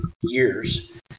years